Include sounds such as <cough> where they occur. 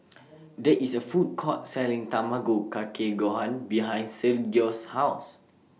<noise> There IS A Food Court Selling Tamago Kake Gohan behind Sergio's House